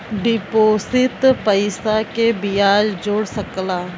deposit पइसा के बियाज जोड़ सकला